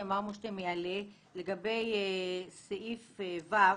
לגבי סעיף (ו),